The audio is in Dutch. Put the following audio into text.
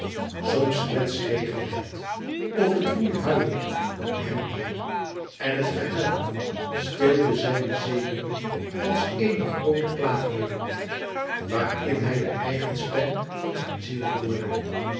soms kletsregende het of het woei huilend om hem heen en het gehuil stilde zijne zenuwen als eéne groote klaag melodie waarin hij de eigen stem van zijn ziel hoorde